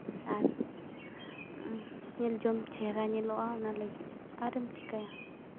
ᱟᱨ ᱧᱮᱞ ᱡᱚᱝ ᱪᱮᱦᱨᱟ ᱧᱮᱞᱚᱜᱼᱟ ᱚᱱᱟ ᱞᱟᱹᱜᱤᱫ ᱟᱨᱮᱢ ᱪᱮᱠᱟᱭᱟ